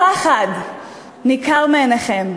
הפחד ניכר מעיניכם.